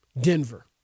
Denver